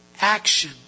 action